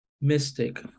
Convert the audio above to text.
mystic